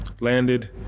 landed